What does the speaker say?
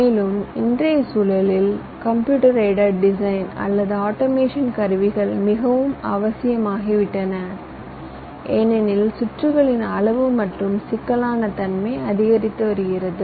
மேலும் இன்றைய சூழலில் கம்ப்யூட்டர் எய்ட்அட் டிசைன் அல்லது ஆட்டோமேஷன் கருவிகள் மிகவும் அவசியமாகிவிட்டன ஏனெனில் சுற்றுகளின் அளவு மற்றும் சிக்கலான தன்மை அதிகரித்து வருகிறது